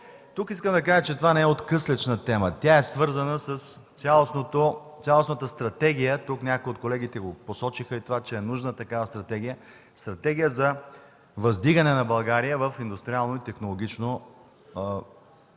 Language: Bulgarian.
Тук искам да кажа, че това не е откъслечна тема. Тя е свързана с цялостната стратегия. Тук някои от колегите посочиха това, че е нужна такава стратегия – Стратегия за въздигане на България в индустриална и технологична посока.